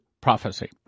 PROPHECY